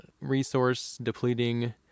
resource-depleting